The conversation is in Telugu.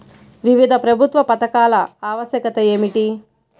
వివిధ ప్రభుత్వ పథకాల ఆవశ్యకత ఏమిటీ?